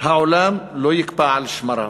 העולם לא יקפא על שמריו.